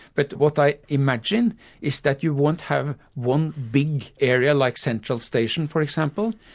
but what i imagine is that you won't have one big area, like central station for example,